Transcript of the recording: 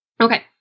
okay